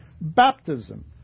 Baptism